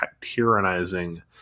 tyrannizing